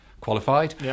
qualified